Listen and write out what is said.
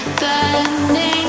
burning